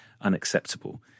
unacceptable